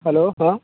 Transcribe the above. hello ହଁ